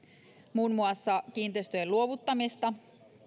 muun muassa kiinteistöjen luovuttamista